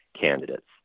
candidates